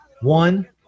One